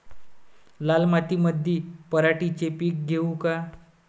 लाल मातीमंदी पराटीचे पीक घेऊ का?